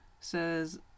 says